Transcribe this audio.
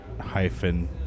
hyphen